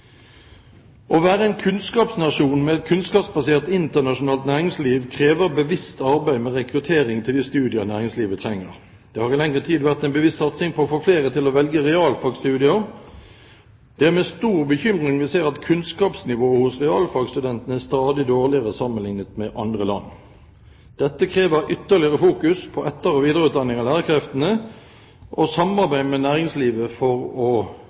Å være en kunnskapsnasjon med et kunnskapsbasert, internasjonalt næringsliv krever bevisst arbeid med rekruttering til de studier næringslivet trenger. Det har i lengre tid vært en bevisst satsing på å få flere til å velge realfagstudier. Det er med stor bekymring vi ser at kunnskapsnivået hos realfagstudentene er stadig dårligere sammenlignet med andre land. Dette krever ytterligere fokusering på etter- og videreutdanning av lærerkreftene og samarbeid med næringslivet for å